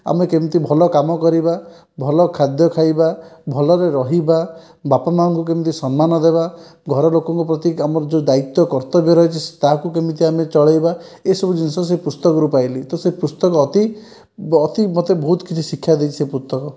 ଆମେ କେମିତି ଭଲ କାମ କରିବା ଭଲ ଖାଦ୍ୟ ଖାଇବା ଭଲରେ ରହିବା ବାପା ମା ଙ୍କୁ କେମିତି ସମ୍ମାନ ଦେବା ଘର ଲୋକଙ୍କ ପ୍ରତି ଆମର ଯେଉଁ ଦାୟୀତ୍ତ୍ୱ କର୍ତ୍ତବ୍ୟ ରହିଛି ତାହାକୁ କେମିତି ଆମେ ଚଳେଇବା ଏ ସବୁ ଜିନିଷ ସେ ପୁସ୍ତକରୁ ପାଇଲି ତ ସେ ପୁସ୍ତକ ଅତି ଅତି ମତେ ବହୁତ କିଛି ଶିକ୍ଷା ଦେଇଛି ସେ ପୁସ୍ତକ